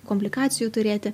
komplikacijų turėti